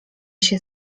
się